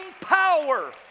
power